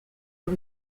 sur